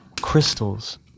crystals